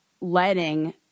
letting